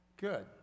good